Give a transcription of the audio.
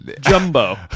Jumbo